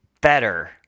better